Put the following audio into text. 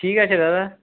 ঠিক আছে দাদা